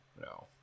No